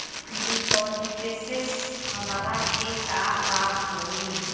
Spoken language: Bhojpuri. डिपाजिटसे हमरा के का लाभ होई?